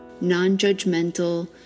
non-judgmental